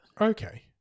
Okay